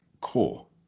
cool